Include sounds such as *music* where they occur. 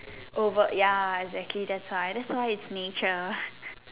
over ya exactly that's why that's why it's nature *breath*